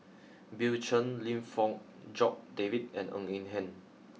Bill Chen Lim Fong Jock David and Ng Eng Hen